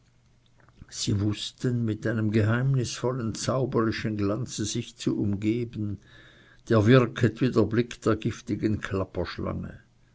sie wußten mit einem geheimnisvollen zauberischen schein sich zu umgeben der wirket wie der blick der giftigen klapperschlange